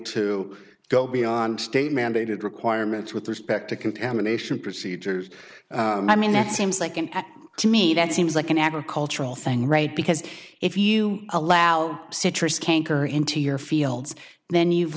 to go beyond state mandated requirements with respect to contamination procedures i mean that seems like and to me that seems like an agricultural thing right because if you allow citrus canker into your fields then you've